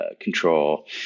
control